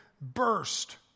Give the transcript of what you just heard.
burst